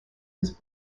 was